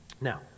Now